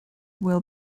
will